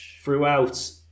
throughout